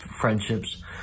friendships